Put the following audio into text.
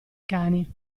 cani